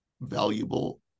valuable